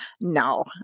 no